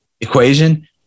equation